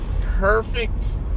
perfect